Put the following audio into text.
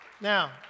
Now